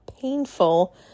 painful